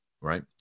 right